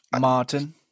Martin